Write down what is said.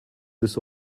this